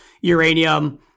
uranium